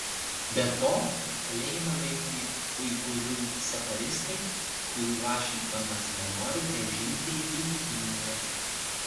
be to kalėjime laikomi uigūrų separatistai kurių vašingtonas nenori grąžinti į kiniją